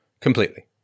completely